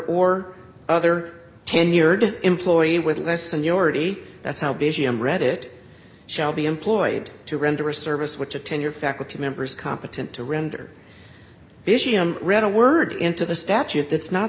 or other tenured employee with less than you already that's how busy and read it shall be employed to render a service which a tenured faculty members competent to render read a word into the statute that's not